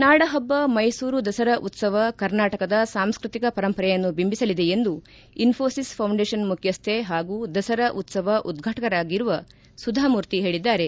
ನಾಡ ಹಬ್ಬ ಮೈಸೂರು ದಸರಾ ಉತ್ಲವ ಕರ್ನಾಟಕದ ಸಾಂಸ್ಪತಿಕ ಪರಂಪರೆಯನ್ನು ಬಿಂಬಿಸಲಿದೆ ಎಂದು ಇನ್ನೋಷಿಸ್ ಪೌಂಡೇಷನ್ ಮುಖ್ಯಸ್ವೆ ಹಾಗೂ ದಸರಾ ಉತ್ಸವ ಉದ್ರಾಟಕರಾಗಿರುವ ಸುಧಾಮೂರ್ತಿ ಹೇಳಿದ್ದಾರೆ